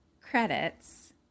Credits